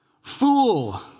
fool